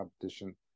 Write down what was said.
competition